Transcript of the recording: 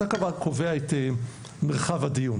אתה קובע את מרחב הדיון